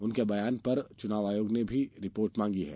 उनके बयान पर चुनाव आयोग ने भी रिपोर्ट मांगी है